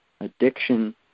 addiction